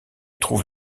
trouve